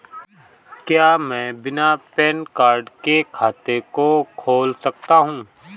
क्या मैं बिना पैन कार्ड के खाते को खोल सकता हूँ?